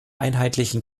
einheitlichen